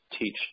teach